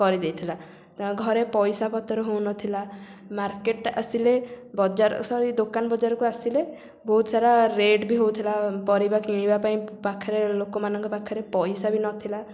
କରିଦେଇଥିଲା ଘରେ ପଇସାପତ୍ର ହେଉ ନଥିଲା ମାର୍କେଟ ଆସିଲେ ବଜାର ସରି ଦୋକାନ ବଜାରକୁ ଆସିଲେ ବହୁତ ସାରା ରେଟ୍ ବି ହେଉଥିଲା ପରିବା କିଣିବା ପାଇଁ ପାଖରେ ଲୋକମାନଙ୍କ ପାଖରେ ପଇସା ବି ନଥିଲା